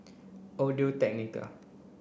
Audio Technica